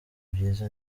byiza